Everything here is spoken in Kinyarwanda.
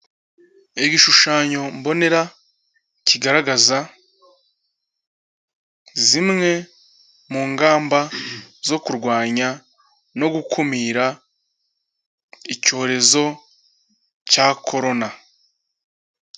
Igishushanyo mbonera kigaragaza zimwe mu ngamba zo kurwanya no gukumira icyorezo cya corona.